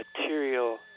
material